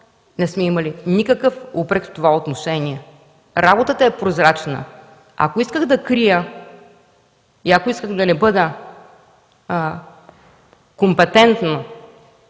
не сме имали никакъв упрек в това отношение. Работата е прозрачна. Ако исках да крия и да не бъда компетентна,